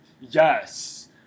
Yes